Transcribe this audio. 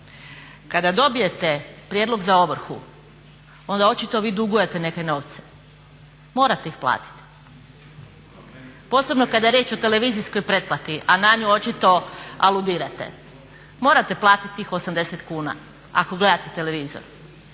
kada dobijete prijedlog za ovrhu onda očito vi dugujete neke novce, morate ih platiti posebno kad je riječ o televizijskoj pretplati a na nju očito aludirate. Morate platiti tih 80 kuna ako gledate televizor.